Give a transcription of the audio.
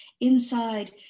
Inside